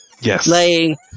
Yes